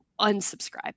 unsubscribe